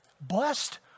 Blessed